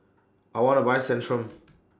I want to Buy Centrum